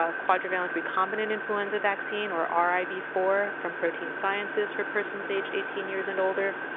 ah quadrivalent recombinant influenza vaccine or r i v four from protein sciences for persons aged eighteen years and older.